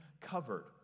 covered